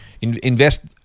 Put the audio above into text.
invest